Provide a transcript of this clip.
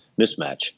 mismatch